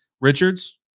Richards